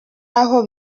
aho